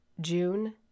June